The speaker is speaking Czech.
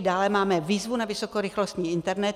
Dále máme výzvu na vysokorychlostní internet.